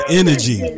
energy